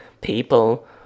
people